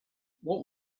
what